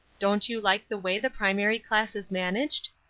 don't you like the way the primary class is managed?